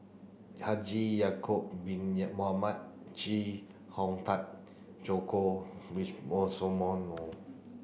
Haji Ya'acob bin Mohamed Chee Hong Tat Joko